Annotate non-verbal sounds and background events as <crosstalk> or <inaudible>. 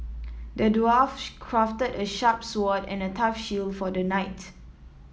the dwarf <unintelligible> crafted a sharp sword and a tough shield for the knight